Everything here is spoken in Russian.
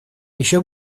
ещё